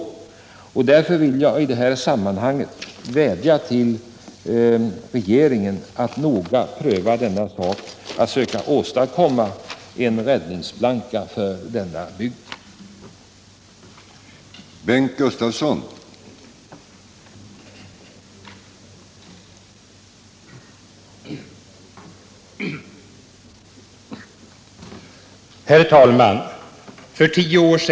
Därför vädjar jag till regeringen, att noga överväga möjligheterna att skapa en räddningsplanka för denna bygd och för människorna som är berörda.